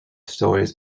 stories